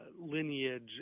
lineage